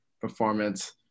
performance